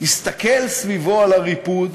יסתכל סביבו על הריפוד